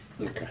Okay